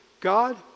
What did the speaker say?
God